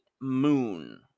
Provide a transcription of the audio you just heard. moon